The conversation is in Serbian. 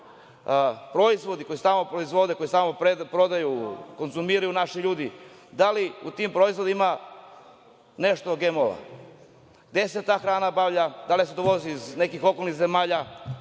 proizvodi koji se tamo proizvode, koji se tamo prodaju, koje konzumiraju naši ljudi, da li u tim proizvodima nešto je GMO? Gde se ta hrana nabavlja? Da li se dovozi iz nekih okolnih zemalja?